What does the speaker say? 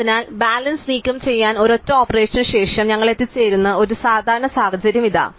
അതിനാൽ ബാലൻസ് നീക്കം ചെയ്യുന്ന ഒരൊറ്റ ഓപ്പറേഷന് ശേഷം ഞങ്ങൾ എത്തിച്ചേരുന്ന ഒരു സാധാരണ സാഹചര്യം ഇതാ